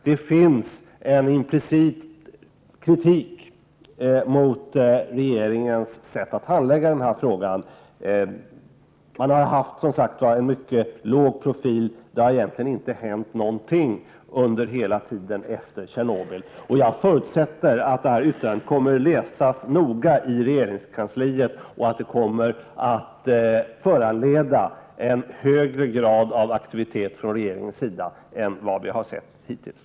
Det finns en implicit kritik mot regeringens sätt att handlägga denna fråga. Regeringen har haft en mycket låg profil. Det har egentligen inte hänt någonting under hela tiden efter Tjernobylolyckan. Jag förutsätter att detta yttrande kommer att läsas noggrant i regeringskansliet och att det kommer att föranleda en högre grad av aktivitet från regeringens sida än vad vi har sett hittills.